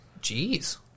Jeez